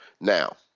Now